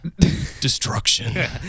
Destruction